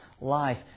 life